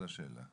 זאת השאלה.